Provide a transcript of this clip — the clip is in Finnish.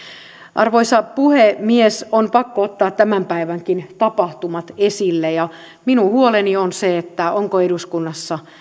arvoisa puhemies on pakko ottaa tämän päivänkin tapahtumat esille minun huoleni on se onko eduskunnassa